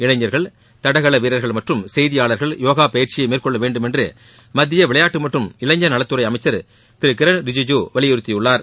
இளைஞர்கள் தடகள வீரர்கள் மற்றும் செய்தியாளர்கள் யோகா பயிற்சியை மேற்கொள்ளவேண்டும் என்று மத்திய விளையாட்டு மற்றும் இளைஞர் நலத்துறை அமைச்சர் திரு கிரண் ரிஜிஜு வலியுறுத்தியுள்ளார்